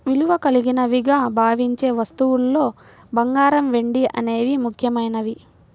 విలువ కలిగినవిగా భావించే వస్తువుల్లో బంగారం, వెండి అనేవి ముఖ్యమైనవి